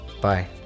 Bye